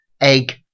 egg